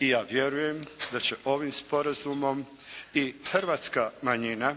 i ja vjerujem da će ovim sporazumom i hrvatska manjina